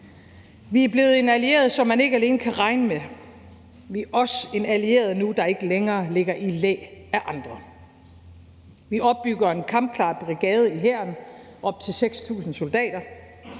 Vi er blevet en allieret, som man ikke alene kan regne med; vi er også nu en allieret, der ikke længere ligger i læ af andre. Vi opbygger en kampklar brigade i hæren med op til 6.000 soldater.